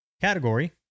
category